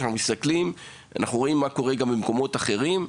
כאשר אנחנו מסתכלים על הדברים ורואים מה קורה גם במקומות אחרים,